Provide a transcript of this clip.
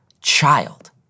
child